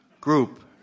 group